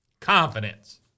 Confidence